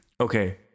Okay